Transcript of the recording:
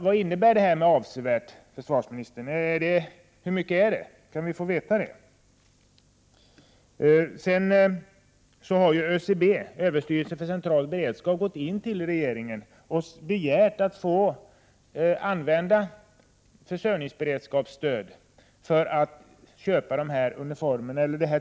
Vad innebär begreppet ”avsevärt”, försvarsministern? Hur mycket rör det sig om? Kan vi få veta det? Överstyrelsen för civil beredskap, ÖCB, har hos regeringen begärt att få använda försörjningsberedskapsstöd för att köpa uniformstyg i Sverige.